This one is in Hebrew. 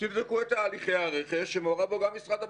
תבדקו את תהליכי הרכש שמעורב בו גם משרד הביטחון.